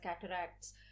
cataracts